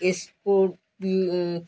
scorpio